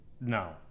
no